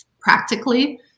practically